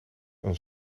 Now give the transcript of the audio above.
een